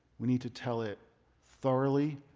we need to tell it thoroughly.